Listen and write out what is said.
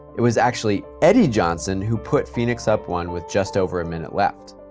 it was actually eddie johnson who put phoenix up one with just over a minute left.